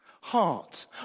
Heart